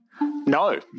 No